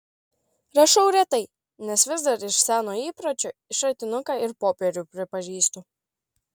rašau retai nes vis dar iš seno įpročio šratinuką ir popierių pripažįstu